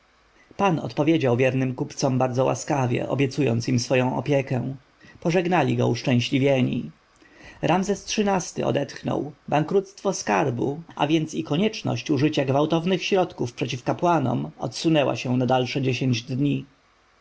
pan odpowiedział wiernym kupcom bardzo łaskawie obiecując im swoją opiekę pożegnali go uszczęśliwieni ramzes xiii-ty odetchnął bankructwo skarbu a więc i konieczność użycia gwałtownych środków przeciw kapłanom odsunęła się na dalsze dziesięć dni